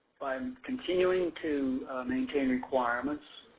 um continuing to maintain requirements,